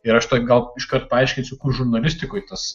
ir aš taip gal iškart paaiškinsiu kur žurnalistikoj tas